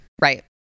right